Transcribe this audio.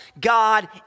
God